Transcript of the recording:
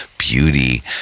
beauty